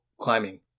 climbing